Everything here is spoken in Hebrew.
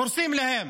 הורסים להם.